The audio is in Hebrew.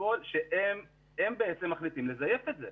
שהם בעצם מחליטים לזייף את זה.